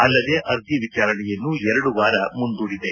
ಅಲ್ಲದೆ ಅರ್ಜಿ ವಿಚಾರಣೆಯನ್ನು ಎರಡು ವಾರ ಮುಂದೂಡಿದೆ